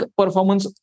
performance